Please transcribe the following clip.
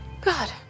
god